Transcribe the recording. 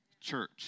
Church